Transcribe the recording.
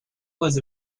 was